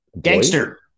gangster